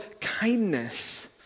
kindness